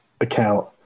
account